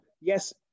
yes